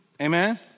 Amen